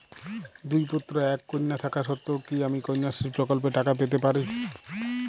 দুই পুত্র এক কন্যা থাকা সত্ত্বেও কি আমি কন্যাশ্রী প্রকল্পে টাকা পেতে পারি?